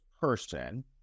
person